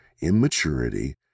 immaturity